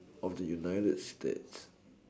of the United states